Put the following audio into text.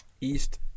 East